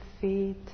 feet